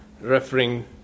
referring